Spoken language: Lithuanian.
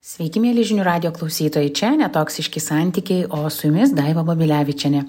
sveiki mieli žinių radijo klausytojai čia ne toksiški santykiai o su jumis daiva babilevičienė